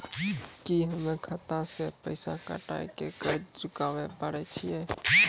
की हम्मय खाता से पैसा कटाई के कर्ज चुकाबै पारे छियै?